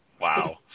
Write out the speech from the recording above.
wow